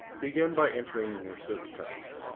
begin by entering in your search terms.